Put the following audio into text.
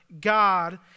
God